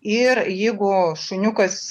ir jeigu šuniukas